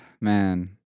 man